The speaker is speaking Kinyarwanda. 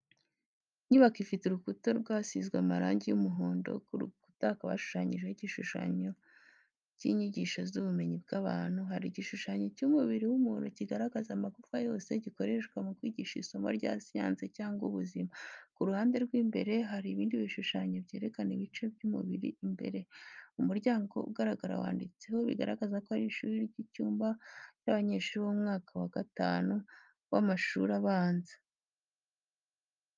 Inyubako ifite urukuta rwasizwe amarangi y’umuhondo, ku rukuta hakaba hashushanywe ibishushanyo by’inyigisho z’ubumenyi bw’abantu. Hari igishushanyo cy’umubiri w’umuntu kigaragaza amagufwa yose, gikoreshwa mu kwigisha isomo rya siyansi cyangwa ubuzima. Ku ruhande rw’imbere hari ibindi bishushanyo byerekana ibice by’umubiri imbere. Umuryango ugaragara uranditseho, bigaragaza ko ari ishuri, mu cyumba cy’abanyeshuri bo mu mwaka wa gatanu w’amashuri abanza.